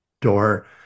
door